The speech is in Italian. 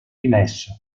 dimesso